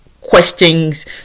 questions